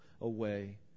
away